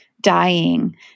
dying